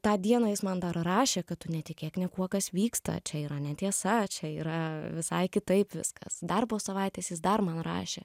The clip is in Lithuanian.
tą dieną jis man dar rašė kad tu netikėk niekuo kas vyksta čia yra netiesa čia yra visai kitaip viskas dar po savaitės jis dar man rašė